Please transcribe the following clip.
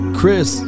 Chris